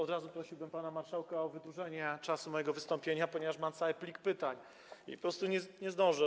Od razu prosiłbym pana marszałka o wydłużenie czasu mojego wystąpienia, ponieważ mam cały plik pytań i po prostu nie zdążę.